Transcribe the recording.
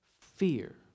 Fear